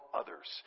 others